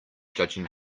judging